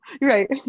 Right